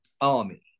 army